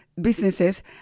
businesses